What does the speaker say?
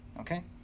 Okay